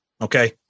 Okay